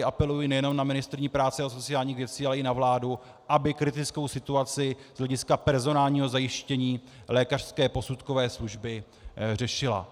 Apeluji tady nejen na ministryni práce a sociálních věcí, ale i na vládu, aby kritickou situaci z hlediska personálního zajištění lékařské posudkové služby řešila.